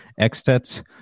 Extet